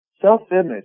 Self-image